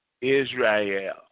Israel